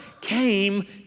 came